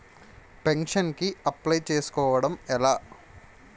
Pension కి apply చేసుకోవడం ఎలా?